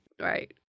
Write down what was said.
right